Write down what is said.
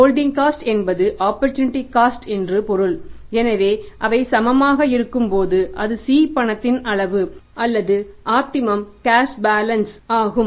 holding cost ஆகும்